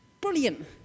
Brilliant